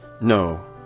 No